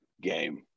game